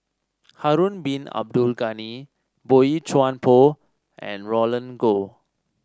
Harun Bin Abdul Ghani Boey Chuan Poh and Roland Goh